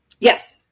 Yes